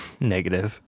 negative